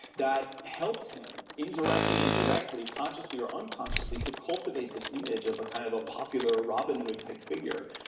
that helped him indirectly and directly, consciously or unconsciously, to cultivate this image of but kind of a popular robin hood type figure.